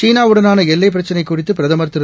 சீனாவுடனான எல்லைப் பிரச்சினை குறித்து பிரதமர் திரு